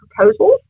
proposals